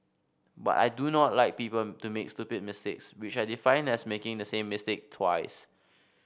but I do not like people to make stupid mistakes which I define as making the same mistake twice